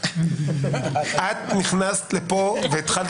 רכוש -- ההגנה צריכה להיות יותר גדולה.